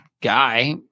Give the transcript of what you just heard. ...guy